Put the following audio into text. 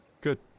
Good